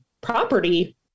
property